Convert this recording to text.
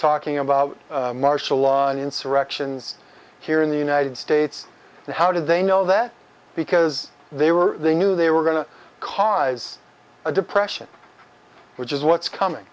talking about martial law and insurrections here in the united states and how did they know that because they were they knew they were going to cause a depression which is what's coming